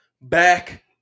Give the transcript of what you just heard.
back